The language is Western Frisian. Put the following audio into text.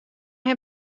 him